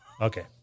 Okay